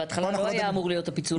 בהתחלה לא היה אמור להיות הפיצול.